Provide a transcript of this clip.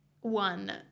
one